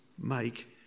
make